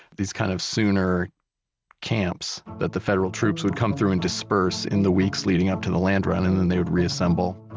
these kind of sooner camps that the federal troops would come through and disperse in the weeks leading up to the land run, and then they would reassemble